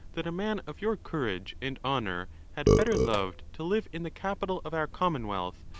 that a man of your courage and honour had better loved to live in the capital of our commonwealth,